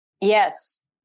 Yes